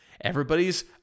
Everybody's